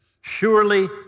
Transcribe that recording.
surely